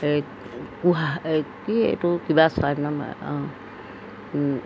এই কুহা এই কি এইটো কিবা চৰাইটো নাম